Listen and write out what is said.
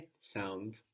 sound